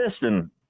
listen